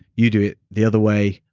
you do it the other way.